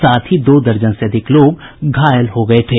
साथ ही दो दर्जन से अधिक लोग घायल हो गये थे